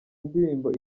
indirimbo